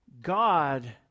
god